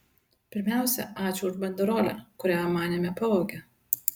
pirmiausia ačiū už banderolę kurią manėme pavogė